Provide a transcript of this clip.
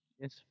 Yes